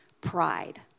pride